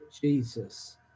Jesus